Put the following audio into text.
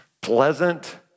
pleasant